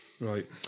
right